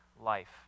life